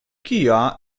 kia